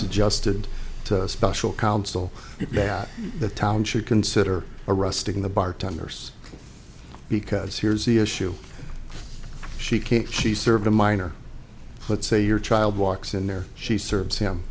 suggested to special counsel that the town should consider arresting the bartenders because here's the issue she can't she serve a minor let's say your child walks in there she serve